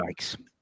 Yikes